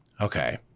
Okay